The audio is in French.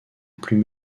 plus